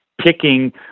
picking